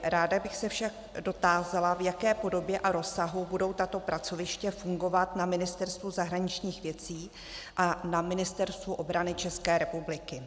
Ráda bych se však dotázala, v jaké podobě a rozsahu budou tato pracoviště fungovat na Ministerstvu zahraničních věcí a na Ministerstvu obrany České republiky.